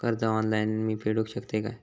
कर्ज ऑनलाइन मी फेडूक शकतय काय?